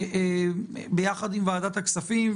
ביחד עם ועדת הכספים,